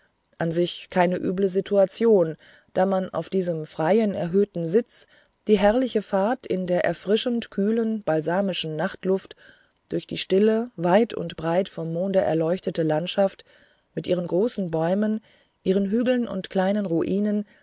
an sich keine üble situation da man auf diesem freien erhöhten sitz die herrliche fahrt in der erfrischend kühlen balsamischen nachtluft durch die stille weit und breit vom monde erleuchtete landschaft mit ihren großen bäumen ihren hügeln und kleinen ruinen